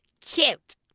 cute